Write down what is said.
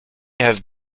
have